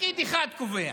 פקיד אחד קובע.